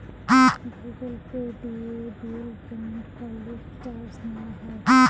Google Pay দিয়ে bill payment করলে কি চার্জ নেওয়া হয়?